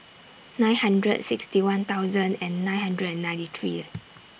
nine hundred sixty one thousand and nine hundred and ninety three